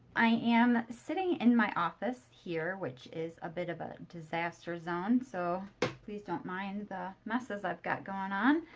i am sitting in my office here, which is a bit of a disaster zone, so please don't mind the messes i've got going on.